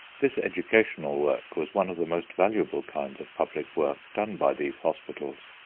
this educational work was one of the most valuable kinds of public work done by these hospitals.